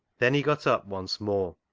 then he got up once more,